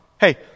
Hey